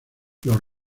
los